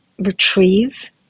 retrieve